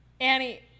Annie